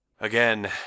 Again